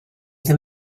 them